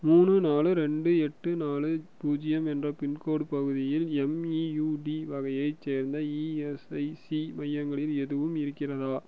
மூணு நாலு ரெண்டு எட்டு நாலு பூஜ்ஜியம் என்ற பின்கோட் பகுதியில் எம்இயுடி வகையைச் சேர்ந்த இஎஸ்ஐசி மையங்கள் எதுவும் இருக்கிறதா